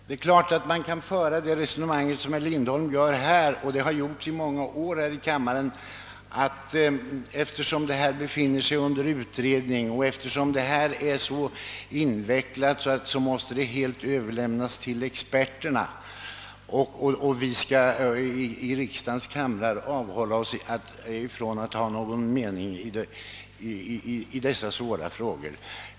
Det är klart att man kan föra det resonemang som herr Lindholm nyss gjort och som har förts i många år här i kammaren, att riksdagen bör avhålla sig från att ta någon ställning i dessa svåra frågor, som befinner sig under utredning, och i stället överlämna dem helt åt experterna.